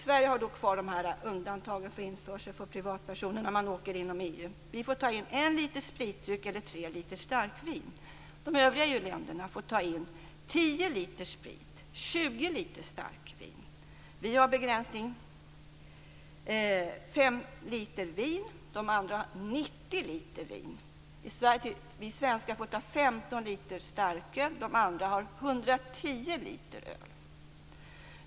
Sverige har kvar de här undantagen för införsel för privatpersoner när de åker inom EU. Vi får ta in 1 länder får ta in 10 liter sprit och 20 liter starkvin. Vi har en begränsning vid 5 liter vin. De andra får ta in 90 liter vin. Vi svenskar får ta in 15 liter starköl. De andra får ta in 110 liter öl.